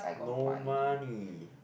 no money